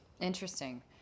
interesting